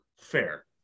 Fair